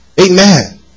Amen